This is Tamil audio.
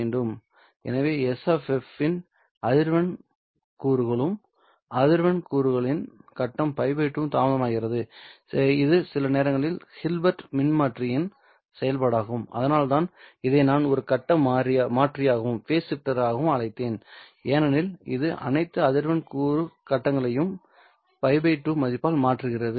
எனவே S இன் அனைத்து அதிர்வெண் கூறுகளும் அந்த அதிர்வெண் கூறுகளின் கட்டம் π 2 தாமதமாகிறது இது சில நேரங்களில் ஹில்பர்ட் மின்மாற்றியின் செயலாகும் அதனால்தான் இதை நான் ஒரு கட்ட மாற்றியாகவும் அழைத்தேன் ஏனெனில் இது அனைத்து அதிர்வெண் கூறு கட்டங்களையும் π 2 மதிப்பால் மாற்றுகிறது